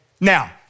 Now